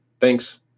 thanks